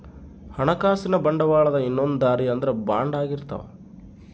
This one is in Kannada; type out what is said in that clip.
ಹಣಕಾಸಿನ ಬಂಡವಾಳದ ಇನ್ನೊಂದ್ ದಾರಿ ಅಂದ್ರ ಬಾಂಡ್ ಆಗಿರ್ತವ